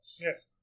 Yes